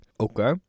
Okay